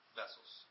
vessels